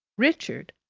richard,